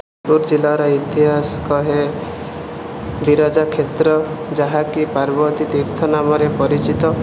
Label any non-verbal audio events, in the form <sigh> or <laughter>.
<unintelligible> ପୁର ଜିଲ୍ଲାର ଇତିହାସ କହିଲେ ବିରଜା କ୍ଷେତ୍ର ଯାହାକି ପାର୍ବତୀ ତୀର୍ଥ ନାମରେ ପରିଚିତ